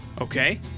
okay